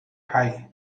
high